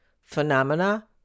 phenomena